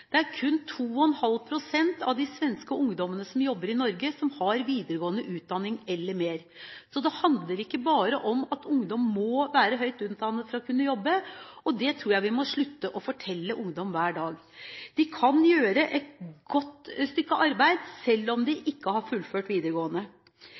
Det er kun 2,5 pst. av de svenske ungdommene som jobber i Norge, som har videregående utdanning eller mer. Så det handler ikke bare om at ungdom må være høyt utdannet for å kunne jobbe. Det tror jeg vi må slutte å fortelle ungdom hver dag. De kan gjøre et godt stykke arbeid selv om de